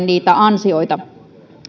niitä ansioita